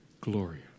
gloria